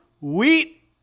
Wheat